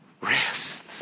Rest